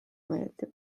meeldib